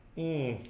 e